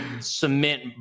cement